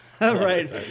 Right